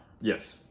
Yes